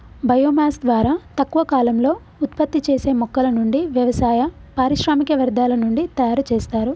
bio mass ద్వారా తక్కువ కాలంలో ఉత్పత్తి చేసే మొక్కల నుండి, వ్యవసాయ, పారిశ్రామిక వ్యర్థాల నుండి తయరు చేస్తారు